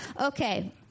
Okay